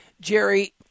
Jerry